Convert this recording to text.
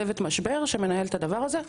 צוות משדבר שמנהל את הדבר הזה.